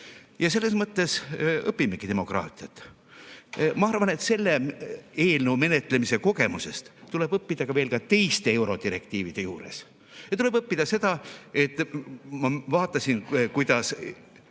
Ja selles mõttes õpimegi demokraatiat. Ma arvan, et selle eelnõu menetlemise kogemusest tuleb õppida veel teistegi eurodirektiivide juures. Tuleb õppida seda – ma vaatasin, kuidas